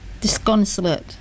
disconsolate